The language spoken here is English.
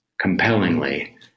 compellingly